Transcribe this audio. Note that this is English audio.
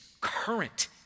current